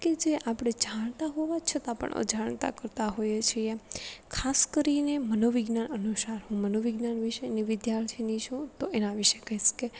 કે જે આપણે જાણતા હોવા છતાં પણ અજાણતા કરતા હોઈએ છીએ ખાસ કરીને મનોવિજ્ઞાન અનુસાર મનોવિજ્ઞાન વિષયની વિદ્યાર્થીની છું તો એના વિશે કહીશ કે